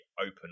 open